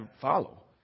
follow